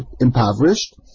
impoverished